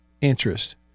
interest